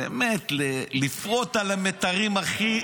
-- באמת לפרוט על המיתרים הכי